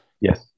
Yes